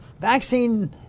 vaccine